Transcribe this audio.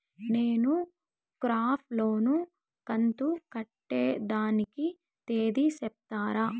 నేను crop loan కంతు కట్టేదానికి తేది సెప్తారా?